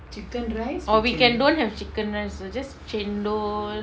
or we can don't have chicken rice err just chendol